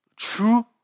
True